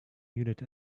unit